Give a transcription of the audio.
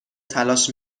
تلاش